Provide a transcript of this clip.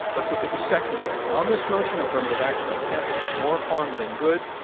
let's look at the second vote. on this motion, affirmative action on campus does more harm than good,